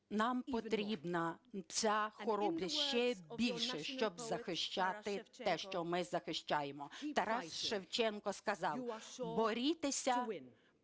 Нам потрібна ця хоробрість ще більше, щоб захищати те, що ми захищаємо". Тарас Шевченко сказав: "Борітеся